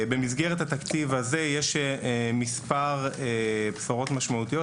במסגרת התקציב הזה יש מספר בשורות משמעותיות.